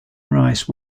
rice